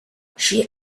she